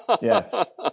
Yes